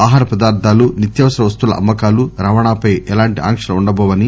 ఆహార పదార్ధాలు నిత్యవసర వస్తువుల అమ్మకాలు రవాణాపై ఎలాంటి ఆంక్షలు ఉండబోవని